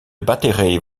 batterij